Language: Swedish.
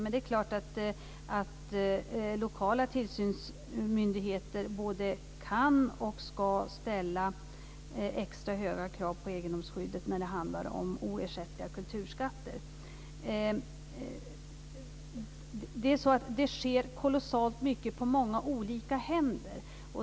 Men det är klart att lokala tillsynsmyndigheter både kan och ska ställa extra höga krav på egendomsskyddet när det handlar om oersättliga kulturskatter. Det sker kolossalt mycket fördelat på många olika händer.